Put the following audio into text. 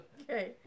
Okay